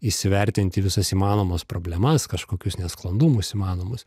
įsivertinti visas įmanomas problemas kažkokius nesklandumus įmanomus